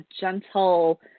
gentle